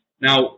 Now